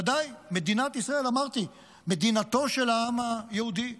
ודאי: מדינת ישראל היא מדינתו של העם היהודי,